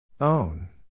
Own